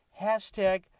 hashtag